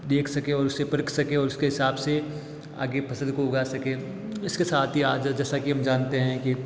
देख सके और उसे परख सके और उसके हिसाब से आगे फ़सल को उगा सके इसके साथ ही आज जैसा कि हम जानते हैं कि